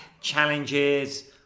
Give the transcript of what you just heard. challenges